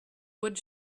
wood